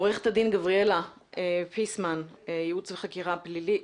עורכת הדין גבריאלה פיסמן, ייעוץ וחקיקה פלילי.